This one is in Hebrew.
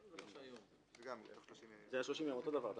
זה צריך שזה יהיה "במקום" ולא "אחרי".